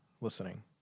listening